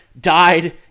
died